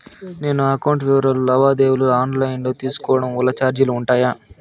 నేను నా అకౌంట్ వివరాలు లావాదేవీలు ఆన్ లైను లో తీసుకోవడం వల్ల చార్జీలు ఉంటాయా?